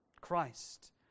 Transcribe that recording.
Christ